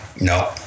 No